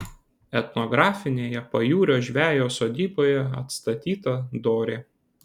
etnografinėje pajūrio žvejo sodyboje atstatyta dorė